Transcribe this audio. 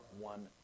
one